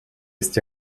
ist